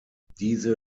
diese